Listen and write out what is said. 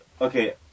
okay